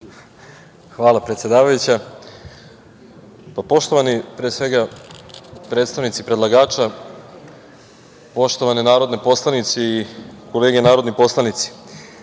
Hvala predsedavajuća. Poštovani predstavnici predlagača, poštovane narodne poslanice i kolege narodni poslanici,